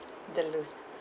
the lo~